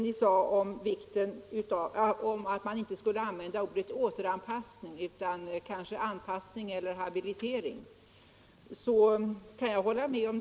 Ni sade att man inte skulle använda ordet återanpassning utan anpassning eller rehabilitering. Det kan jag hålla med om.